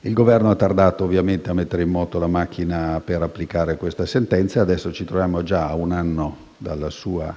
Il Governo ha tardato a mettere in moto la macchina per applicare questa sentenza e adesso ci troviamo già a un anno dalla sua